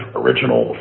original